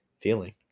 feeling